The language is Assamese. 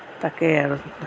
তাকে আৰু